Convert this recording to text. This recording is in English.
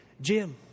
Jim